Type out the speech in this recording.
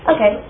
Okay